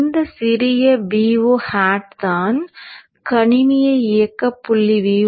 இந்த சிறிய Vo hat தான் கணினியை இயக்க புள்ளி Vo